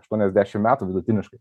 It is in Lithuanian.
aštuoniasdešim metų vidutiniškai